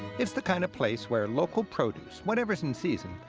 it's the kind of place where local produce, whatever's in season,